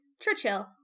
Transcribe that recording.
Churchill